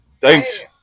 Thanks